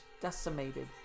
decimated